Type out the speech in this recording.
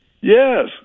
Yes